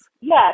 Yes